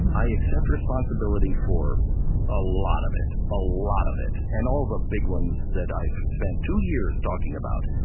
i accept responsibility for a lot of it, a lot of it. and all the big ones that i've spent two years talking about,